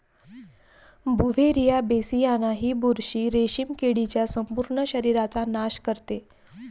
Beauveria बेसियाना ही बुरशी रेशीम किडीच्या संपूर्ण शरीराचा नाश करते